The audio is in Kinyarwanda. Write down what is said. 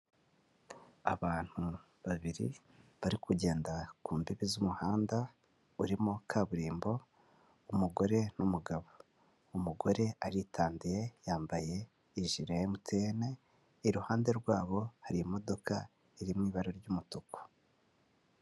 Abantu babiri bari kugenda ku mbibi z'umuhanda urimo kaburimbo umugore n'umugabo, umugore aritandiye yambaye ijire ya MTM, i ruhande rwabo harimo iri imodoka iri mu ibara ry'umutuku.